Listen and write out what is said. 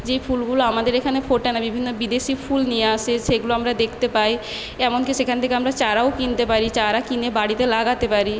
যে ফুলগুলো আমাদের এখানে ফোটে না বিভিন্ন বিদেশি ফুল নিয়ে আসে সেগুলো আমরা দেখতে পাই এমনকি সেখান থেকে আমরা চারাও কিনতে পারি চারা কিনে বাড়িতে লাগাতে পারি